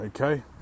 okay